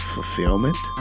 Fulfillment